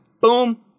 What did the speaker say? boom